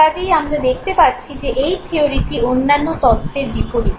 কাজেই আমরা দেখতে পাচ্ছি যে এই থিয়োরিটি অন্যান্য তত্ত্বের বিপরীতে